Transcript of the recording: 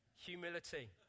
Humility